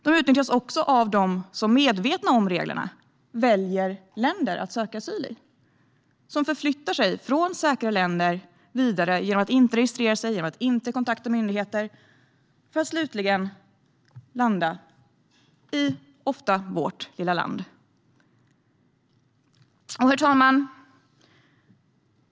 De utnyttjas också av dem som, medvetna om reglerna, väljer länder att söka asyl i och som förflyttar sig vidare från säkra länder genom att inte registrera sig eller kontakta myndigheter, för att slutligen - ofta - landa i vårt lilla land. Herr talman!